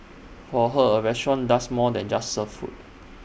for her A restaurant does more than just serve food